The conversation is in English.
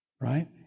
right